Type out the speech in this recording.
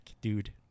dude